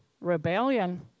Rebellion